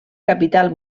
capital